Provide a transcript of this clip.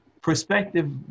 perspective